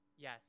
Yes